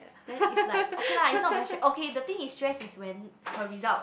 then is like okay lah is not very stress okay the thing is stress is when her result